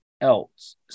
else